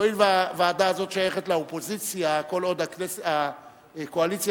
צריכה הצבעה, אדוני?